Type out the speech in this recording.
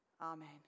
Amen